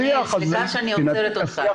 דני, סליחה שאני עוצרת אותך.